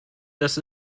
dass